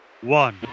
one